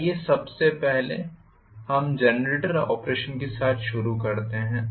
आइए सबसे पहले हम जनरेटर ऑपरेशन के साथ शुरू करते हैं